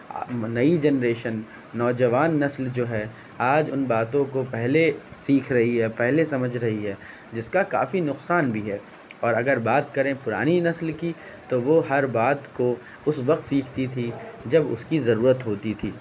نئی جنریشن نوجوان نسل جو ہے آج ان باتوں کو پہلے سیکھ رہی ہے پہلے سمجھ رہی ہے جس کا کافی نقصان بھی ہے اور اگر بات کریں پرانی نسل کی تو وہ ہر بات کو اس وقت سیکھتی تھی جب اس کی ضرورت ہوتی تھی